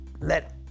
let